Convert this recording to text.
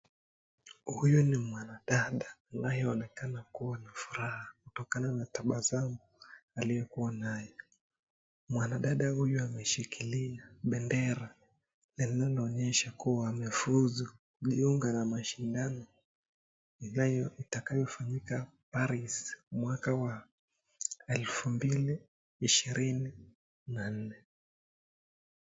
Huyu ni mwanadada anayeonekana kuwa na furaha kutokana na tabasamu aliyekuwa nayo. Mwanadada huyu ameshikilia bendera lilioonyesha kuwa amefuuzu kujiunga na mashindano itakayo fanyika Paris mwaka wa elfu mbili ishirini na nne.